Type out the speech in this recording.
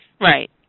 Right